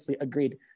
agreed